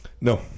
No